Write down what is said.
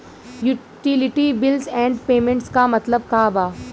Utility bills and payments क मतलब का बा?